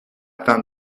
found